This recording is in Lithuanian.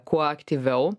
kuo aktyviau